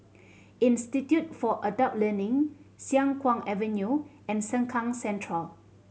Institute for Adult Learning Siang Kuang Avenue and Sengkang Central